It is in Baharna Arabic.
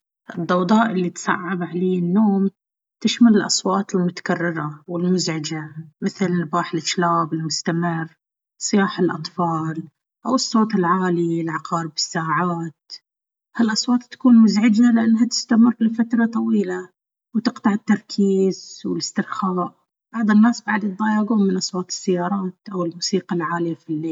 الضوضاء اللي تصعّب علي النوم تشمل الأصوات المتكررة والمزعجة مثل نباح الجلاب المستمر، صياح الأطفال، أو الصوت العالي لعقارب الساعات. هالأصوات تكون مزعجة لأنها تستمر لفترة طويلة وتقطع التركيز والاسترخاء. بعض الناس بعد يتضايقون من أصوات السيارات أو الموسيقى العالية في الليل.